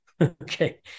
Okay